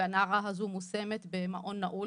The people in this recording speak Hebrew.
והנערה הזו מושמת במעון נעול